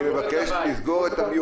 אני מבקש להיות על mute.